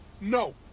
no